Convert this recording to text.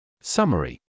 Summary